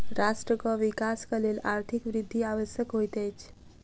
राष्ट्रक विकासक लेल आर्थिक वृद्धि आवश्यक होइत अछि